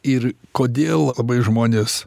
ir kodėl labai žmonės